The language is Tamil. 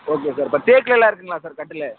ஓகே சார் இப்போ தேக்குலெல்லாம் இருக்குதுங்குளா சார் கட்டில்